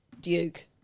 Duke